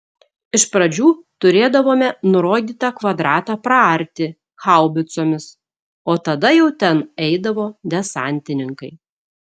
iš pradžių turėdavome nurodytą kvadratą praarti haubicomis o tada jau ten eidavo desantininkai